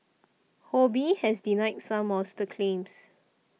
Ho Bee has denied some of the claims